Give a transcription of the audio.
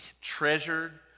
treasured